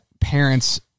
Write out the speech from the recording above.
parents